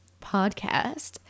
podcast